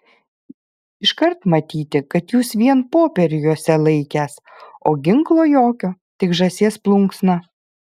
iškart matyti kad jūs vien popierių jose laikęs o ginklo jokio tik žąsies plunksną